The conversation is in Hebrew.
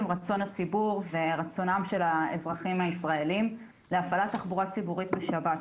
רצון הציבור ורצונם של האזרחים הישראליים להפעלת תחבורה ציבורית בשבת.